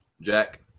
Jack